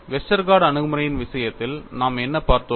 Westergaard அணுகுமுறையின் விஷயத்தில் நாம் என்ன பார்த்தோம்